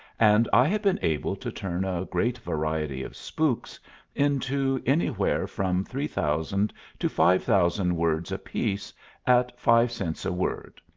and i had been able to turn a great variety of spooks into anywhere from three thousand to five thousand words apiece at five cents a word,